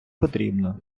потрібно